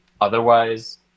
Otherwise